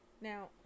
Now